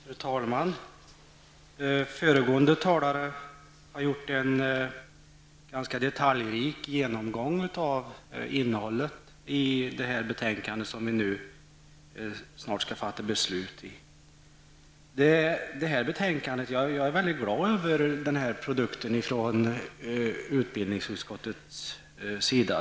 Fru talman! Föregående talare har gjort en detaljrik genomgång av innehållet i det betänkande som vi snart skall fatta beslut om. Jag är glad över denna produkt från utskottets sida.